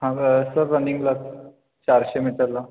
हां ग सर रनिंगला चारशे मीटरला